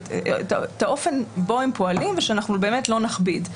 את האופן שבו הם פועלים ושאנחנו באמת לא נכביד.